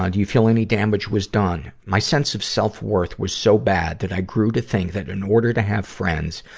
ah you feel any damage was done? my sense of self-worth was so bad, that i grew to think that in order to have friends,